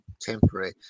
temporary